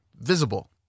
visible